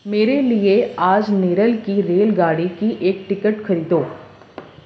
میرے لیے آج نیرل کی ریل گاڑی کی ایک ٹکٹ خریدو